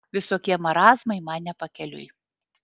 visokie marazmai man ne pakeliui